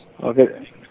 Okay